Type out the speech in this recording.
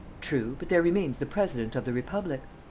true, but there remains the president of the republic.